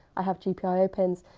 i have gpio pins,